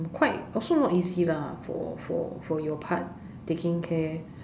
mm quite also not easy lah for for for your part taking care